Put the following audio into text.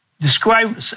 describe